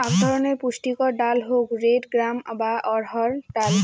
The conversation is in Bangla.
আক ধরণের পুষ্টিকর ডাল হউক রেড গ্রাম বা অড়হর ডাল